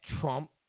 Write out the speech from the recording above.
Trump